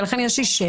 לכן יש שאלה